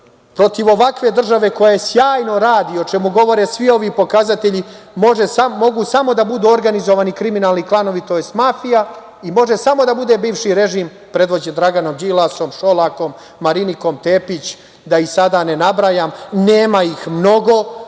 Protiv ovakve države koja sjajno radi, o čemu govore svi ovi pokazatelji, mogu samo da budu organizovani kriminalni klanovi, tj. mafija i može samo da bude bivši režim, predvođen Draganom Đilasom, Šolakom, Marinikom Tepić, da ih sada nabrajam. Nema ih mnogo,